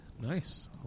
Nice